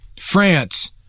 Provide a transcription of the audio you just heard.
France